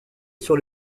sur